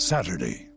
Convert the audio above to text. Saturday